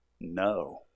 No